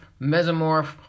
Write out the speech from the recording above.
mesomorph